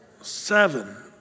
Seven